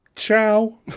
Ciao